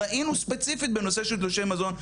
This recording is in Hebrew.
ראינו ספציפית בנושא של תלושי מזון,